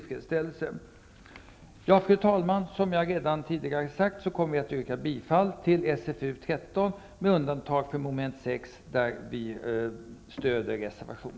Fru talman! Som jag redan tidigare har sagt kommer vi att yrka bifall till hemställan i SfU13